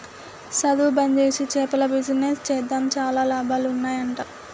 సధువు బంజేసి చేపల బిజినెస్ చేద్దాం చాలా లాభాలు ఉన్నాయ్ అంట